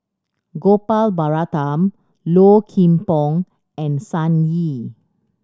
Gopal Baratham Low Kim Pong and Sun Yee